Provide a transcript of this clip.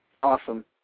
Awesome